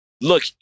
look